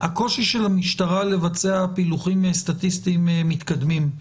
הקושי של המשטרה לבצע פילוחים סטטיסטיים מתקדמים,